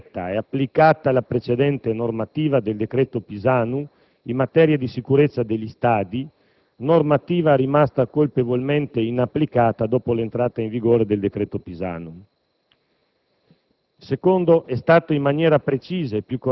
Innanzitutto, si è intervenuti per rendere concreta e applicata la precedente normativa del decreto Pisanu in materia di sicurezza degli stadi, normativa rimasta colpevolmente inapplicata dopo l'entrata in vigore di quel decreto.